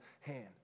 hand